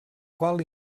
qual